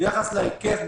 ביחס להיקף,